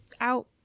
out